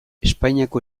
espainiako